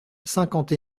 cinquante